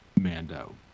Mando